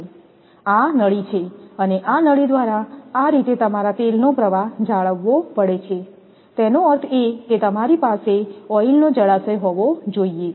આ નળી છે અને આ નળી દ્વારા આ રીતે તમારા તેલનો પ્રવાહ જાળવવો પડે છે તેનો અર્થ એ કે તમારી પાસે ઓઇલ નો જળાશય હોવો જોઈએ